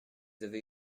avez